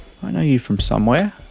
and you from somewhere'.